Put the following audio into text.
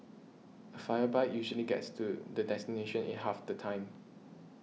a fire bike usually gets to the destination in half the time